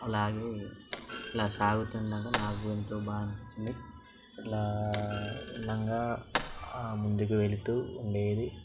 అలాగే ఇట్లా సాగుతుండగా నాకెంతో బాగా అనిపించింది ఇట్లా ఉండంగా ముందుకు వెళ్తూ ఉండేది